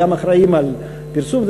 הם גם אחראים לפרסום,